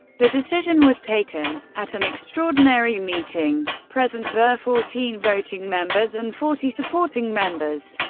the decision was taken at an extraordinary meeting. present were fourteen voting members and forty supporting members.